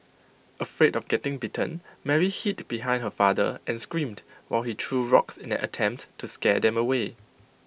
afraid of getting bitten Mary hid behind her father and screamed while he threw rocks in an attempt to scare them away